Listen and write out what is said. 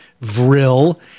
Vril